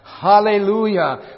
Hallelujah